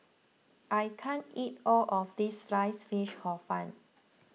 I can't eat all of this Sliced Fish Hor Fun